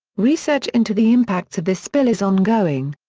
research into the impacts of this spill is ongoing.